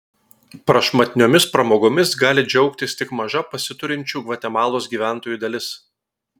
prašmatniomis pramogomis gali džiaugtis tik maža pasiturinčių gvatemalos gyventojų dalis